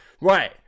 Right